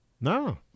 No